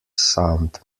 sound